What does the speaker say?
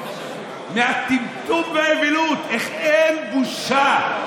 מהטמטום והאווילות, איך אין בושה?